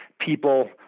people